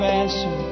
answer